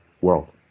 world